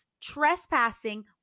trespassing